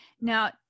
Now